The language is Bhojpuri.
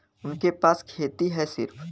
उनके पास खेती हैं सिर्फ